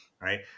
Right